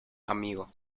amigo